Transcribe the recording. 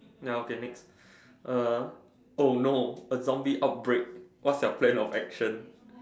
ya okay next uh oh no a zombie outbreak what's your plan of action